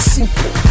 Simple